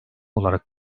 olarak